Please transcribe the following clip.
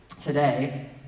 today